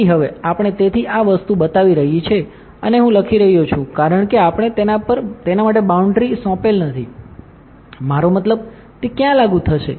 તેથી હવે આપણે તેથી આ વસ્તુ બતાવી રહી છે અને હું લખી રહ્યો છું કારણ કે આપણે તેના માટે બાઉન્ડ્રી સોંપેલ નથી મારો મતલબ તે ક્યાં લાગુ થશે